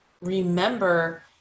remember